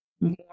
more